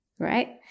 Right